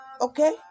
Okay